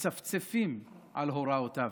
מצפצפים על הוראותיו?